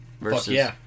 versus